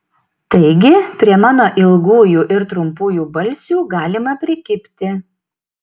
taigi prie mano ilgųjų ir trumpųjų balsių galima prikibti